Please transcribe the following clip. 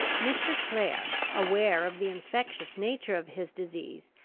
mr. clare, aware of the infectious nature of his disease,